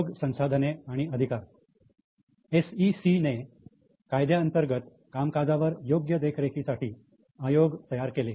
आयोग संसाधने आणि अधिकार एस ई सी ने कायद्यांतर्गत कामकाजावर योग्य देखरेखीसाठी आयोग तयार केले